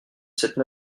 cette